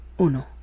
uno